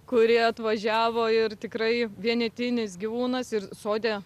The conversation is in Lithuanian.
kuri atvažiavo ir tikrai vienetinis gyvūnas ir sode